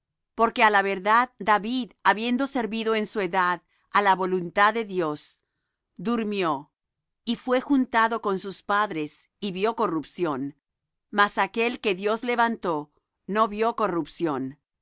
porque á la verdad david habiendo servido en su edad á la voluntad de dios durmió y fué juntado con sus padres y vió corrupción mas aquel que dios levantó no vió corrupción